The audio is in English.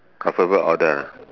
alphabet order ah